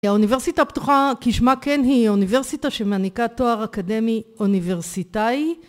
האוניברסיטה הפתוחה כשמה כן היא, אוניברסיטה שמעניקה תואר אקדמי אוניברסיטאי